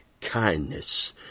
kindness